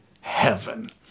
heaven